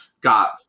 got